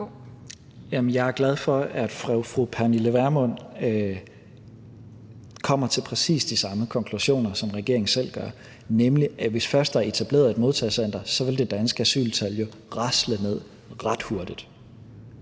jeg er glad for, at fru Pernille Vermund kommer til præcis de samme konklusioner, som regeringen gør, nemlig at hvis der først er etableret et modtagecenter, vil det danske asyltal rasle ned ret hurtigt.